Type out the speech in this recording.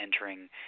entering